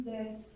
Yes